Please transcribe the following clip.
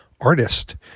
artist